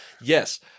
Yes